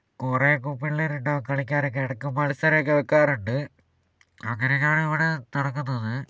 കുറെയൊക്കെ പിള്ളേരുണ്ടാവും കളിക്കാനൊക്കെ ഇടക്ക് മത്സരൊക്കെ വെക്കാറുണ്ട് അങ്ങനെയൊക്കെയാണ് ഇവിടെ നടക്കുന്നത്